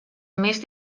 més